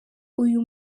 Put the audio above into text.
uyu